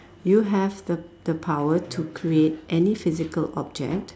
you have the the power to create any physical object